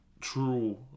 true